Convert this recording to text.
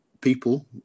people